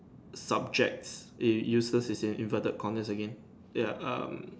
subjects eh useless is in inverted comma again ya um